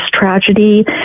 tragedy